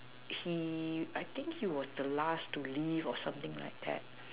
he I think he was the last to leave or something like that